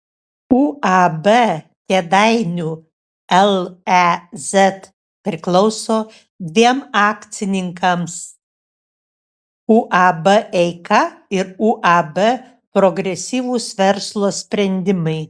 uab kėdainių lez priklauso dviem akcininkams uab eika ir uab progresyvūs verslo sprendimai